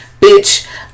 bitch